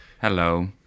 Hello